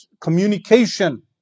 communication